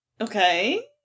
Okay